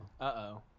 uh-oh